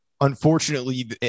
unfortunately